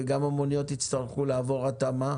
וגם המוניות יצטרכו לעבור התאמה.